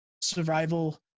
survival